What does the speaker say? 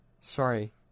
Sorry